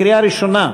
לקריאה הראשונה,